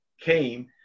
came